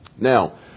Now